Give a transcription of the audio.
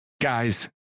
Guys